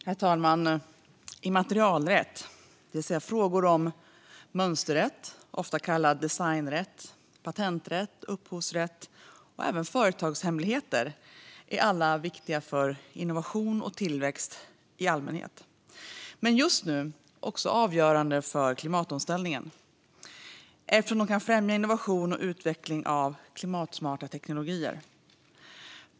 Herr talman! Immaterialrätt, det vill säga frågor om mönsterrätt - ofta kallad designrätt - patenträtt, upphovsrätt och även företagshemligheter, är viktigt för innovation och tillväxt i allmänhet men just nu också avgörande för klimatomställningen eftersom den kan främja innovation och utveckling av klimatsmarta teknologier.